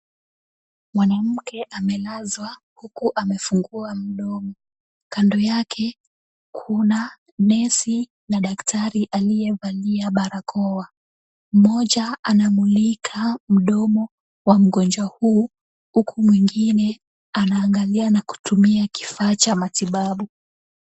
Mwanamke amelazwa huku amefungua mdomo. Kando yake kuna nesi na daktari aliyevalia barakoa. Mmoja anamulika mdomo wa mgonjwa huu, huku mwingine anaangalia na kutumia kifaa cha matibabu.